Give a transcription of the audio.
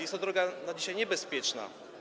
Jest to droga dzisiaj niebezpieczna.